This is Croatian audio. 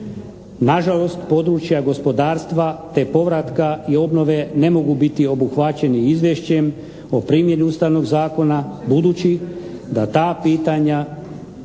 Nažalost, područja gospodarstva te povratka i obnove ne mogu biti obuhvaćeni izvješćem o primjeni Ustavnog zakona, budući da ta pitanja